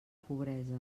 pobresa